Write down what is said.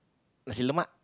nasi-lemak